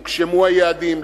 הוגשמו היעדים,